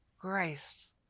Grace